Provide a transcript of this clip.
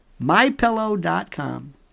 MyPillow.com